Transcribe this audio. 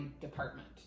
department